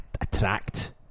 attract